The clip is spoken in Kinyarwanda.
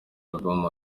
album